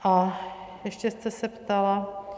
A ještě jste se ptala...